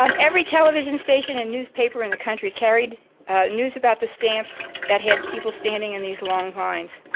um every television station and newspaper in the country carried news about the stamps that had people standing in these long lines.